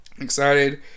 excited